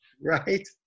right